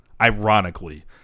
ironically